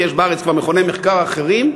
כי כבר יש בארץ מכוני מחקר אחרים,